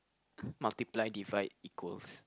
multiply divide equals